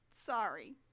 Sorry